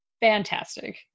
Fantastic